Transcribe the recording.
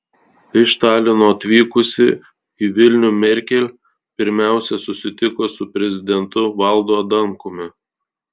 iš talino atvykusi į vilnių merkel pirmiausia susitiko su prezidentu valdu adamkumi